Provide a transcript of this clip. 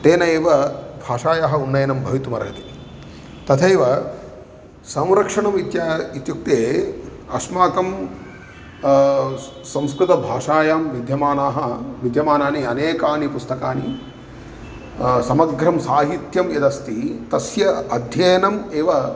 तेन एव भाषायाः उन्नयनं भवितुम् अर्हति तथैव संरक्षणम् इति इत्युक्ते अस्माकं संस्कृतभाषायां विद्यमानाः विद्यमानानि अनेकानि पुस्तकानि समग्रं साहित्यं यदस्ति तस्य अध्ययनम् एव